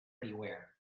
beware